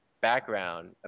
background